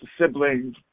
siblings